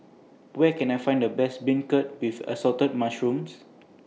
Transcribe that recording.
Where Can I Find The Best Beancurd with Assorted Mushrooms